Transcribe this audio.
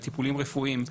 לטיפולים רפואיים.